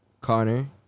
connor